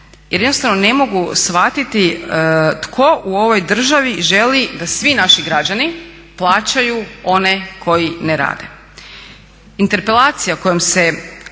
jednostavno ne mogu shvatiti tko u ovoj državi želi da svi naši građani plaćaju one koji ne rade? Interpelacija kojom se